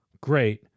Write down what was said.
great